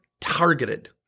targeted